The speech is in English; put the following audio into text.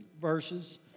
verses